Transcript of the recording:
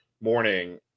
morning